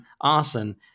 arson